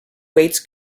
weights